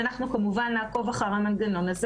אנחנו כמובן נעקוב אחר המנגנון הזה,